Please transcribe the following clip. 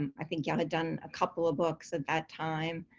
um i think y'all had done a couple of books, at that time,